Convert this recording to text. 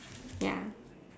ya